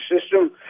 system